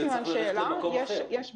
יחליט שזה צריך ללכת למקום אחר.